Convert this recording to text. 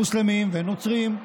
מוסלמים ונוצרים,